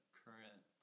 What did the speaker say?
current